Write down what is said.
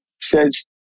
says